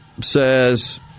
says